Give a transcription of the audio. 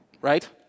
right